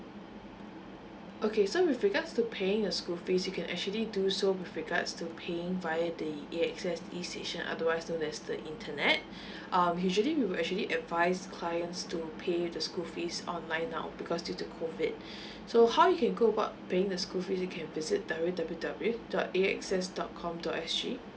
okay so with regards to paying the school fees you can actually do so with regards to paying via the A_X_S station otherwise known as the internet um usually we will actually advise clients to pay the school fees online now because due to COVID so how you can go what paying the school fee you can visit W W W dot A X S dot com dot S G